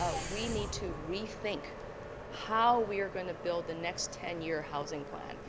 ah we need to rethink how we're going to build the next ten year housing plan.